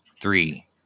Three